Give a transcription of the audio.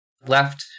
left